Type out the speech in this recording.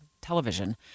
Television